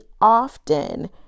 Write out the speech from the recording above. often